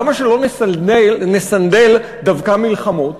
למה שלא נסנדל דווקא מלחמות?